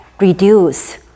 reduce